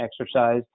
exercise